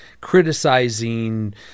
criticizing